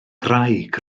graig